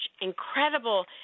incredible